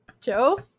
Joe